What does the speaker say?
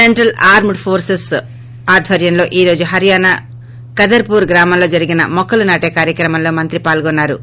central armed police forces ఆధ్వర్యంలో ఈ రోజు హర్యానా కదర్పూర్ గ్రామంలో జరిగిన మొక్కలు నాటే కార్యక్రమంలో మంత్రి పాల్గొన్నా రు